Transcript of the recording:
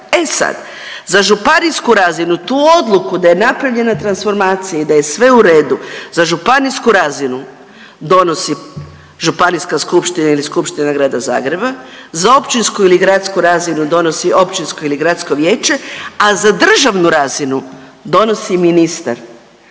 E sad za županijsku razinu tu odluku da je napravljena transformacija i da je sve u redu za županijsku razinu donosi Županijska skupština ili Skupština Grada Zagreba. Za općinsku ili gradsku razinu donosi općinsko ili gradsko vijeće, a za državnu razinu donosi ministar